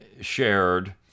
shared